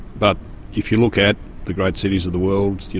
but if you look at the great cities of the world, you